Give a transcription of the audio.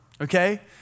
Okay